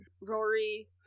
Rory